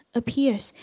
appears